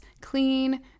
clean